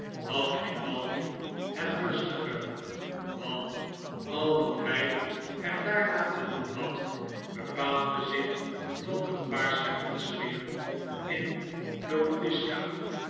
had grimaldi het rustiger want al wat hy er daarna te doen had bepaalde zich tot een paar schermutselingen in